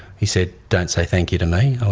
he said, don't say thank you to me. i